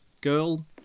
girl